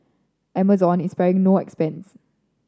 Amazon is sparing no expense